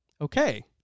Okay